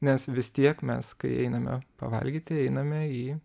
nes vis tiek mes kai einame pavalgyti einame į